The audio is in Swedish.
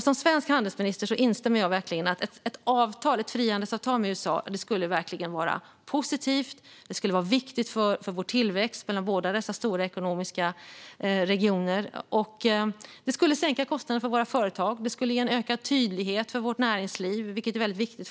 Som svensk handelsminister instämmer jag verkligen i att ett frihandelsavtal med USA skulle vara positivt och viktigt för tillväxten i båda dessa stora ekonomiska regioner. Det skulle sänka kostnaderna för våra företag och ge en ökad tydlighet och förutsägbarhet för vårt näringsliv, vilket är väldigt viktigt.